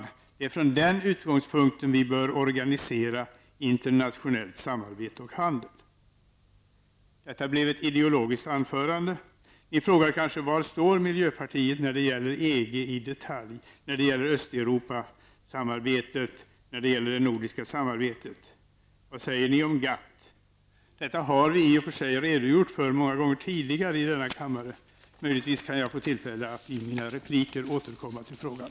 Det är från den utgångspunkten vi bör organisera internationellt samarbete och handel. Detta blev ett ideologiskt anförande. Ni frågar kanske var miljöpartiet i detalj står i debatten när det gäller EG, Östeuropasamarbetet och det nordiska samarbetet och vad vi säger om GATT. Detta har vi i och för sig redogjort för många gånger tidigare i denna kammare. Möjligtvis kan jag i mina repliker få tillfälle att återkomma till frågan.